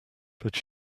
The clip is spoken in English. but